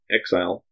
exile